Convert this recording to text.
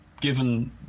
given